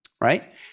right